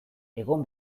egon